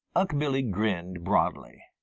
unc' billy grinned broadly.